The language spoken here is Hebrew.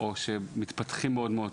או מתפתחים מאוד מאוד טוב,